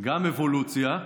גם "אבולוציה"